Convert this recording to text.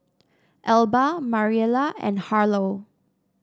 Elba Mariela and Harlow